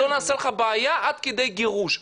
לא נעשה לך בעיות עד כדי גירוש.